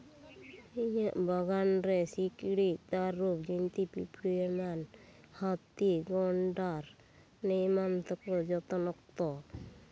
ᱤᱧᱟᱹᱜ ᱵᱟᱜᱟᱱ ᱨᱮ ᱥᱤᱠᱲᱤᱡ ᱛᱟᱹᱨᱩᱵ ᱡᱤᱱᱛᱤ ᱯᱤᱯᱲᱤ ᱮᱢᱟᱱ ᱦᱟᱹᱛᱤ ᱜᱚᱱᱰᱟᱨ ᱱᱮᱭᱢᱟᱱ ᱛᱟᱠᱚ ᱡᱚᱛᱚᱱ ᱚᱠᱛᱚ